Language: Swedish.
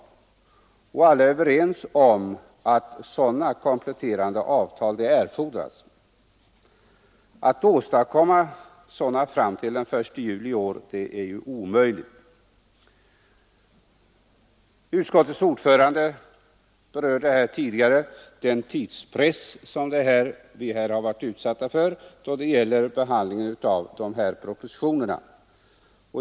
Alla är överens om att sådana kompletterande avtal erfordras. Att åstadkomma sådana avtal fram till den 1 juli i år är ju omöjligt. Utskottets ordförande berörde tidigare tidspressen i samband med behandlingen av propositionerna.